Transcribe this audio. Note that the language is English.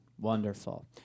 Wonderful